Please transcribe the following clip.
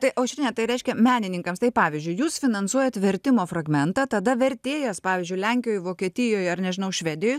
tai aušrine tai reikškia menininkams taip pavyzdžiui jūs finansuojat vertimo fragmentą tada vertėjas pavyzdžiui lenkijoj vokietijoj ar nežinau švedijoj